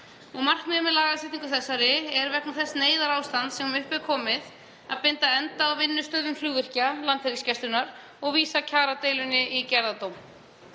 Markmiðið með lagasetningu þessari er, vegna þess neyðarástands sem upp er komið, að binda enda á vinnustöðvun flugvirkja Landhelgisgæslunnar og vísa kjaradeilunni í gerðardóm.